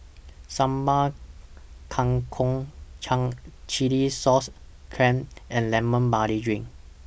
Sambal Kangkong Chilli Sauce Clams and Lemon Barley Drink